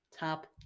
Top